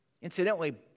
Incidentally